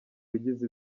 ugize